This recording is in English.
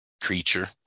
creature